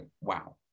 wow